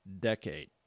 decade